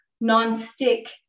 non-stick